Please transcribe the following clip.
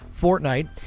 Fortnite